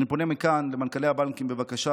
אני פונה מכאן למנכ"לי הבנקים: בבקשה,